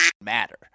matter